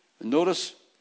Notice